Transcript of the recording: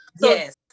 Yes